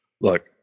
Look